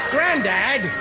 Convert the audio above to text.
Granddad